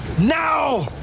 now